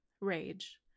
rage